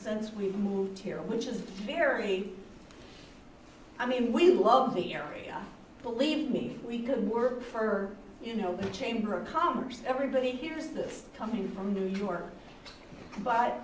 since we moved here which is very i mean we love the area believe me we can work for you know the chamber of commerce everybody hears this coming from new york b